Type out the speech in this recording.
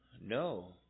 No